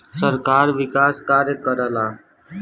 सरकार विकास कार्य करला